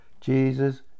Jesus